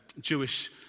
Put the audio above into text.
Jewish